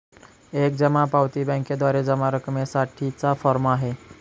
एक जमा पावती बँकेद्वारे जमा रकमेसाठी चा फॉर्म आहे